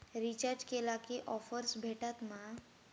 Recharge केला की offers भेटात मा?